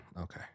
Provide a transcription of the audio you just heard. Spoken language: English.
okay